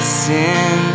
sin